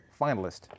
finalist